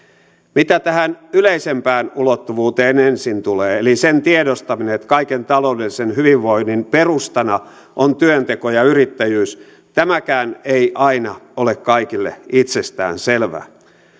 mitä tähän yleisempään ulottuvuuteen ensin tulee eli sen tiedostaminen että kaiken taloudellisen hyvinvoinnin perustana on työnteko ja yrittäjyys tämäkään ei aina ole kaikille itsestään selvää